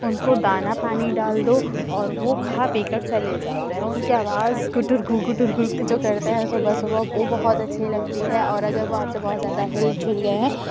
اُن کو دانہ پانی ڈال دو اور وہ کھا پی کر چلے جاتے ہیں اُن کی آواز گُٹر گوں گُٹر گوں جو کرتے ہیں صُبح صُبح وہ بہت اچھی لگتی ہے اور اگر وہ آپ سے بہت زیادہ مل جُل گئے ہیں